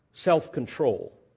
Self-control